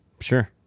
sure